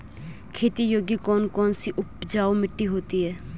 खेती योग्य कौन कौन सी उपजाऊ मिट्टी होती है?